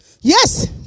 Yes